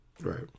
Right